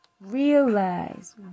Realize